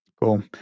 Cool